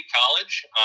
College